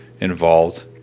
involved